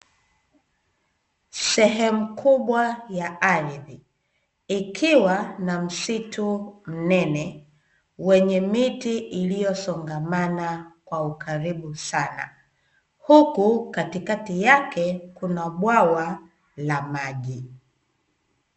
Sehemu kubwa ya ardhi, ikiwa na msitu mnene wenye miti iliyosongamana kwa ukaribu sana, huku katikati yake kuna bwawa la maji.